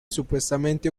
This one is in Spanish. supuestamente